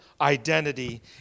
identity